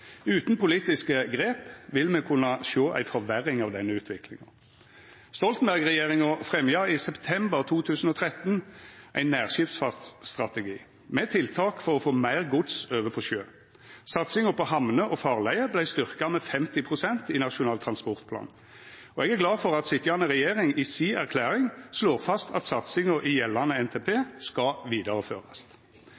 Utan politiske grep vil me kunna sjå ei forverring av denne utviklinga. Stoltenberg-regjeringa fremja i september 2013 ein nærskipsfartsstrategi med tiltak for å få meir gods over på sjø. Satsinga på hamner og farleier vart styrkt med 50 pst. i Nasjonal transportplan. Eg er glad for at sitjande regjering i si erklæring slår fast at satsinga i gjeldande NTP